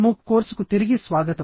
MOOC కోర్సుకు తిరిగి స్వాగతం